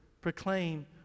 proclaim